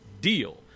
deal